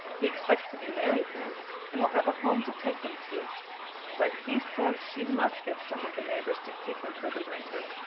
he expects to be married then and will have a home to take them to but he says she must get some of the neighbors to keep them for the winter.